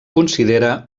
considera